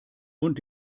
und